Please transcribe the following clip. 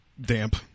damp